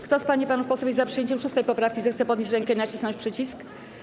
Kto z pań i panów posłów jest za przyjęciem 6. poprawki, zechce podnieść rękę i nacisnąć przycisk.